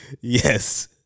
Yes